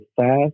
fast